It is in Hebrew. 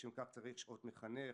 לשם כך צריך שעות מחנך